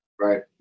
Right